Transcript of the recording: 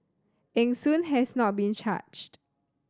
Eng Soon has not been charged